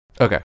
Okay